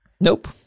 Nope